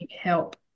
help